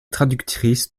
traductrice